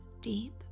deep